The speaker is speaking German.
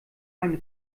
eine